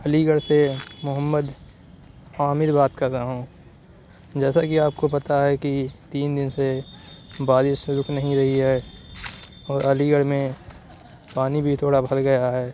علی گڑھ سے محمد عامر بات کر رہا ہوں جیسا کہ آپ کو پتہ ہے کہ تین دِن سے بارش رُک نہیں رہی ہے اور علی گڑھ میں پانی بھی تھوڑا بھر گیا ہے